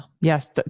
yes